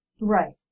Right